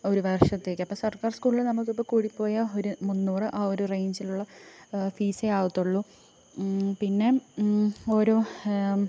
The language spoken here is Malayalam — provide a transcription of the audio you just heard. ഒരു വർഷത്തേക്ക് അപ്പോൾ സർക്കാർ സ്കൂളിൽ നമുക്കിപ്പോൾ കൂടിപ്പോയാൽ ഒരു മുന്നൂറ് ആ ഒരു റേഞ്ച്ലുള്ള ഫീസെ ആവത്തൊള്ളൂ പിന്നെ ഓരോ